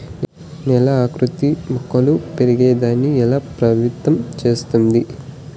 నేల ఆకృతి మొక్కలు పెరిగేదాన్ని ఎలా ప్రభావితం చేస్తుంది?